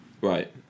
Right